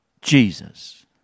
Jesus